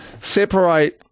separate